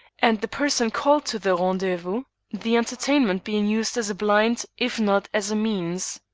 and the person called to the rendezvous the entertainment being used as a blind if not as a means.